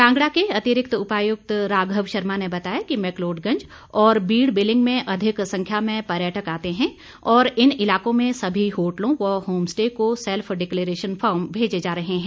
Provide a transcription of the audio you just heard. कांगड़ा के अतिरिक्त उपायुक्त राघव शर्मा ने बताया कि मैकलोड़गंज और बीड़ बिलिंग में अधिक संख्या में पर्यटक आते हैं और इन इलाकों में सभी होटलों व होमस्टे को सैल्फ डिक्लेरेशन फॉर्म भेजे जा रहे हैं